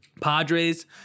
Padres